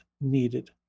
needed